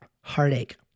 heartache